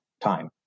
time